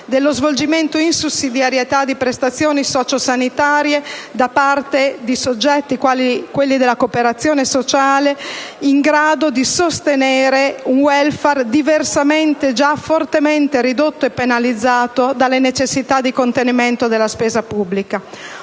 dello svolgimento in sussidiarietà di prestazioni sociosanitarie da parte di soggetti della cooperazione sociale, in grado di sostenere un *welfare*, diversamente già fortemente ridotto e penalizzato dalle necessità di contenimento della spesa pubblica.